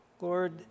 Lord